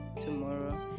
tomorrow